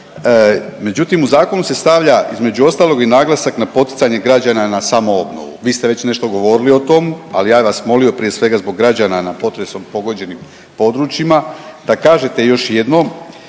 Međutim, u zakonu se stavlja između ostalog i naglasak na poticanje građana na samoobnovu. Vi ste već nešto govorili o tom, ali ja bih vas molio prije svega zbog građana na potresom pogođenim područjima da kažete još jednom